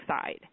side